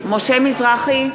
מזרחי,